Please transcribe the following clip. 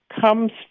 comes